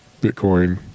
Bitcoin